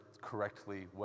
correctly